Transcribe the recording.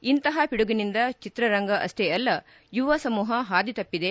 ಇಂತಹ ಪಿಡುಗುನಿಂದ ಚಿತ್ರರಂಗ ಅಷ್ಟೇ ಅಲ್ಲ ಯುವಸಮೂಹ ಹಾದಿ ತಪ್ಪಿದೆ